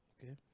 okay